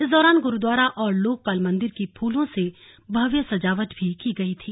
इस दौरान गुरुद्वारा और लोकपाल मंदिर की फूलों से भव्य सजावट भी की गई थी